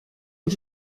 aux